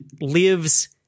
lives